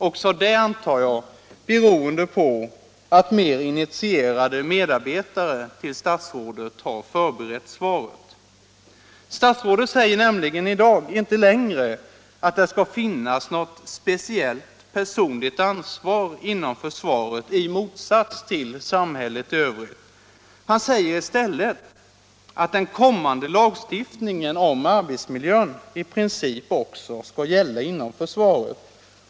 Även det, antar jag, beroende på att mer initierade medarbetare till statsrådet har förberett svaret. Statsrådet säger nämligen inte längre att det skall finnas något speciellt personligt ansvar inom försvaret i motsats till vad som gäller för samhället i övrigt. Han säger i stället att den kommande lagstiftningen om arbetsmiljön i princip också skall gälla inom försvaret.